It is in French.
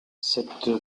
cette